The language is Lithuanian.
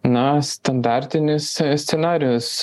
na standartinis scenarijus